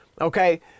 Okay